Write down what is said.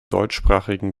deutschsprachigen